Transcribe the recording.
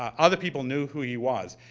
um other people knew who he was.